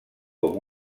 com